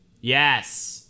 Yes